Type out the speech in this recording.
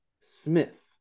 smith